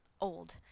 old